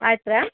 ಆಯಿತ್ರಾ